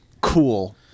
cool